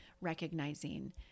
recognizing